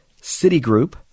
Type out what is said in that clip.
Citigroup